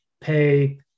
pay